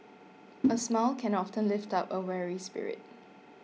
a smile can often lift up a weary spirit